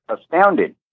astounded